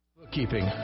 Bookkeeping